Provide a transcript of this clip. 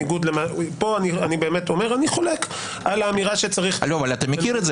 פה אני חולק על האמירה שצריך --- אבל אתה מכיר את זה,